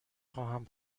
خواهم